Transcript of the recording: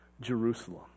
Jerusalem